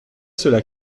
cela